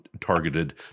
targeted